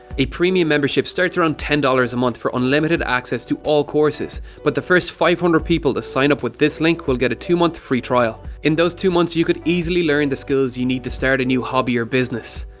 a premium membership begins around ten dollars a month for unlimited access to all courses, but the first five hundred people to sign up with this link will get a two month free trial. in those two months you could easily learn the skills you need to start a new hobby or business.